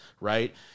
right